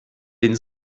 den